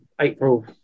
April